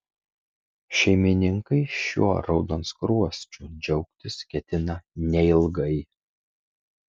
šeimininkai šiuo raudonskruosčiu džiaugtis ketina neilgai